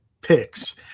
picks